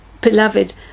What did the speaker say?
Beloved